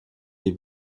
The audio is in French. des